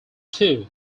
two